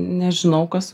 nežinau kas